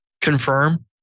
confirm